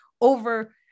over